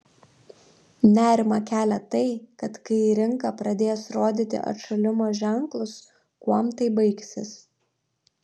nerimą kelia tai kad kai rinka pradės rodyti atšalimo ženklus kuom tai baigsis